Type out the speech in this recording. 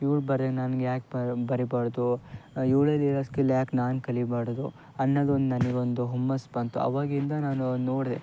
ಇವ್ಳು ಬರ್ಯಂಗೆ ನನ್ಗೆ ಯಾಕೆ ಬ ಬರಿಬಾರದು ಇವಳಲ್ಲಿ ಇರೋ ಸ್ಕಿಲ್ ಯಾಕೆ ನಾನು ಕಲಿಬಾರದು ಅನ್ನೋದೊಂದು ನನಗೊಂದು ಹುಮ್ಮಸ್ಸು ಬಂತು ಆವಾಗಿಂದ ನಾನು ನೋಡಿದೆ